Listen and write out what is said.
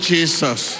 Jesus